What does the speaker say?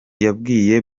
yabwiye